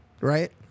right